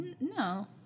no